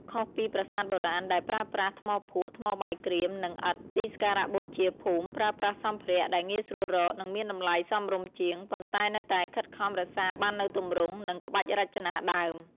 ខុសពីប្រាសាទបុរាណដែលប្រើប្រាស់ថ្មភក់ ថ្មបាយក្រៀម និងឥដ្ឋ ទីសក្ការៈបូជាភូមិប្រើប្រាស់សម្ភារៈដែលងាយស្រួលរក និងមានតម្លៃសមរម្យជាង ប៉ុន្តែនៅតែខិតខំរក្សាបាននូវទម្រង់ និងក្បាច់រចនាដើម៖